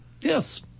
Yes